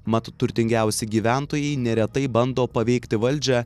mat turtingiausi gyventojai neretai bando paveikti valdžią